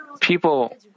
people